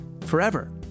forever